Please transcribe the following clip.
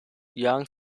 jagen